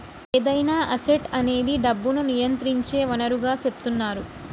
ఏదైనా అసెట్ అనేది డబ్బును నియంత్రించే వనరుగా సెపుతున్నరు